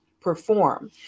perform